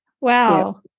Wow